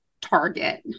Target